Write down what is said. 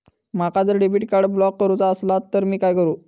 माका जर debit card block करूचा असला तर मी काय करू?